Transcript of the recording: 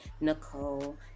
Nicole